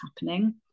happening